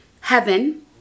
heaven